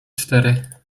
cztery